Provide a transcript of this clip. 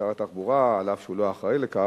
משל שר התחבורה, אף שהוא לא אחראי לכך,